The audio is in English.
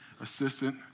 assistant